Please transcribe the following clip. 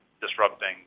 disrupting